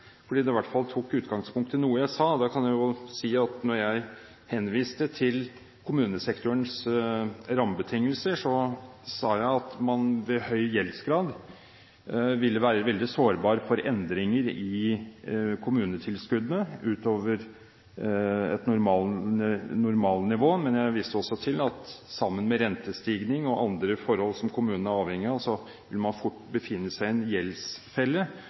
fordi hun i hvert fall tok utgangspunkt i noe jeg sa. Da jeg henviste til kommunesektorens rammebetingelser, sa jeg at man ved høy gjeldsgrad ville være veldig sårbar for endringer – som er utover et normalnivå – i kommunetilskuddene. Men jeg viste også til at man sammen med rentestigning og andre forhold som kommunene er avhengige av, fort befinner seg i en gjeldsfelle,